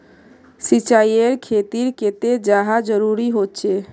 सिंचाईर खेतिर केते चाँह जरुरी होचे?